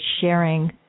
sharing